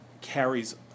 carries